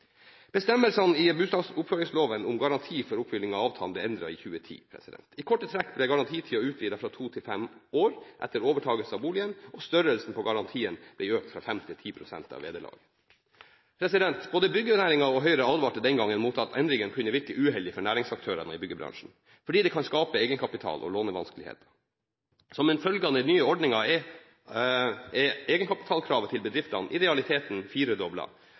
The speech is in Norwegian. Bestemmelsene i bustadoppføringsloven om garanti for oppfylling av avtalen ble endret i 2010. I korte trekk ble garantitiden utvidet fra to til fem år etter overtakelse av boligen, og størrelsen på garantiene ble økt fra 5 til 10 pst. av vederlaget. Både byggenæringen og Høyre advarte den gangen mot at endringen kunne virke uheldig for næringsaktørene i byggebransjen, fordi det kan skape egenkapital- og lånevanskeligheter. Som en følge av den nye ordningen, er egenkapitalkravet til bedriftene i realiteten